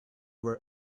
were